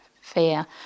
fear